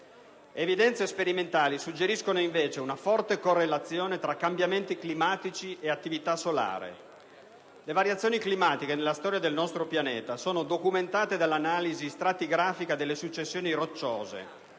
Evidenze sperimentali suggeriscono invece una forte correlazione tra cambiamenti climatici e attività solare. Le variazioni climatiche, nella storia del nostro pianeta, sono documentate dall'analisi stratigrafica delle successioni rocciose.